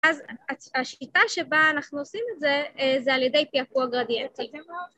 ‫אז השיטה שבה אנחנו עושים את זה, ‫זה על ידי פיעפוע גרדיאנטי.